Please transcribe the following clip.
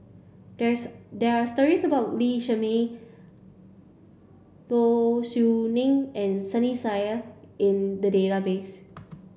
there is there are stories about Lee Shermay Low Siew Nghee and Sunny Sia in the database